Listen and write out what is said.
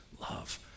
love